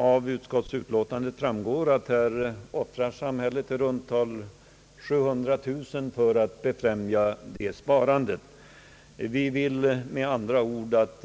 Av utskottets betänkande framgår att samhället offrar i runt tal 700 000 kronor för att befrämja det sparandet. Vi vill att